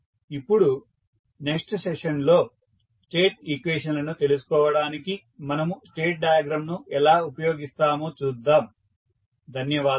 ఇప్పుడు నెక్స్ట్ స్టేషన్లో state equation లను తెలుసుకోవడానికి మనము స్టేట్ డయాగ్రమ్ ను ఎలా ఉపయోగిస్తామో చూద్దాం ధన్యవాదాలు